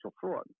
fraud